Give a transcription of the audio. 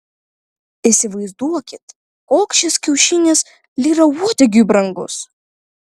įsivaizduokit koks šis kiaušinis lyrauodegiui brangus